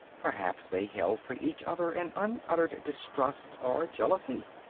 perhaps they held for each other an unuttered distrust or jealousy.